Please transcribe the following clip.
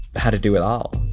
how to do it all